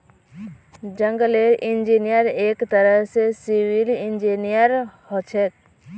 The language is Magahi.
जंगलेर इंजीनियर एक तरह स सिविल इंजीनियर हछेक